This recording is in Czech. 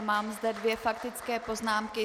Mám zde dvě faktické poznámky.